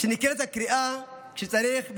כשנקראת הקריאה, כשצריך מתנדב,